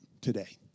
today